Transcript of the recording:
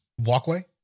walkway